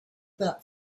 that